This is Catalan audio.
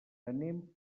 anem